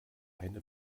eine